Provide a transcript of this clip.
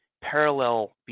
parallel